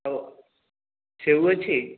ହଉ ସେଉ ଅଛି